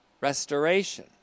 restoration